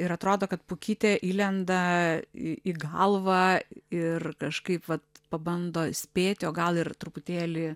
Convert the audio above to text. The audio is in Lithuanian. ir atrodo kad pukytė įlenda į galvą ir kažkaip vat pabando spėti o gal ir truputėlį